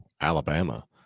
Alabama